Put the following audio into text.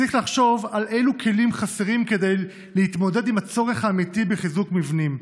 צריך לחשוב אילו כלים חסרים כדי להתמודד עם הצורך האמיתי בחיזוק מבנים.